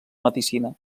medicina